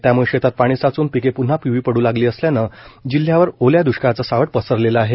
त्यामुळे शेतात पाणी साचून पिके प्न्हा पिवळी पड् लागली असल्यान जिल्ह्यावर ओल्या द्ष्काळाच सावट पसरलं आहे